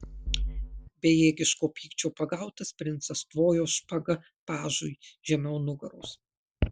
bejėgiško pykčio pagautas princas tvojo špaga pažui žemiau nugaros